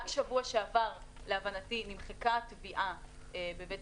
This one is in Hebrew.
רק בשבוע שעבר נמחקה התביעה בבית המשפט.